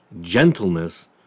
gentleness